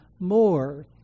more